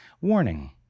Warning